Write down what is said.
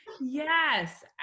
yes